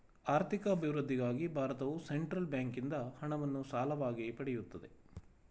ಆರ್ಥಿಕ ಅಭಿವೃದ್ಧಿಗಾಗಿ ಭಾರತವು ಸೆಂಟ್ರಲ್ ಬ್ಯಾಂಕಿಂದ ಹಣವನ್ನು ಸಾಲವಾಗಿ ಪಡೆಯುತ್ತದೆ